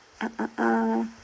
Uh-uh-uh